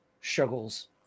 struggles